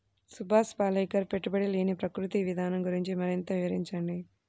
సుభాష్ పాలేకర్ పెట్టుబడి లేని ప్రకృతి విధానం గురించి మరింత వివరించండి